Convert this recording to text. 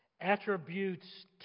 Attributes